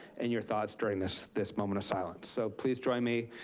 in your thoughts during this this moment of silence. so please join me